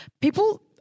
people